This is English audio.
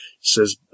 says